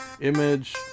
image